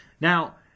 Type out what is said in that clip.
Now